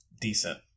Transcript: decent